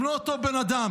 הם לא אותו בן-אדם,